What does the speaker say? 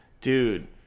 Dude